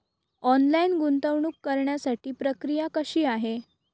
Online गुंतवणूक करण्यासाठी प्रक्रिया कशी आहे?